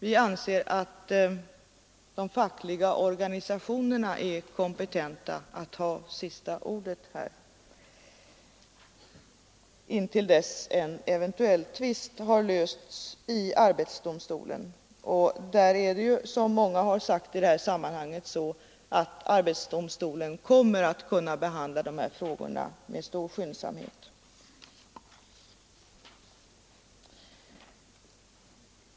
Vi anser att de fackliga organisationerna är kompetenta att ha sista ordet intill dess en eventuell tvist har lösts i arbetsdomstolen. Arbetsdomstolen kommer att, som många har sagt i detta sammanhang, kunna behandla de här frågorna med stor skyndsamhet.